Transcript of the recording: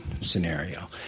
scenario